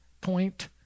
point